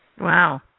Wow